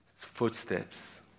footsteps